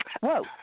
whoa